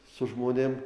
su žmonėm